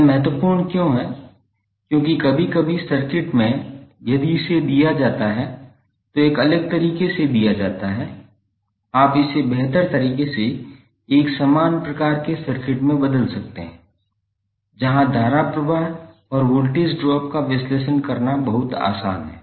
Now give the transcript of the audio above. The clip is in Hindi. यह महत्वपूर्ण क्यों है क्योंकि कभी कभी सर्किट में यदि इसे दिया जाता है तो एक अलग तरीके से दिया जाता है आप इसे बेहतर तरीके से एक समान प्रकार के सर्किट में बदल सकते हैं जहां धारा प्रवाह और वोल्टेज ड्रॉप का विश्लेषण करना बहुत आसान है